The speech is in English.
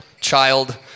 child